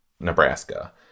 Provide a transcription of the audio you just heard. Nebraska